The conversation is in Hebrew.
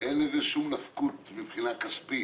אין לזה שום נפקות מבחינה כספית.